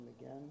again